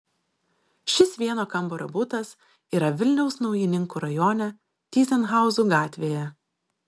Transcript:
šis vieno kambario butas yra vilniaus naujininkų rajone tyzenhauzų gatvėje